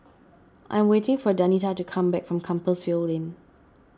I'm waiting for Danita to come back from Compassvale Lane